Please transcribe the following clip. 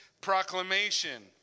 proclamation